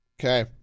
Okay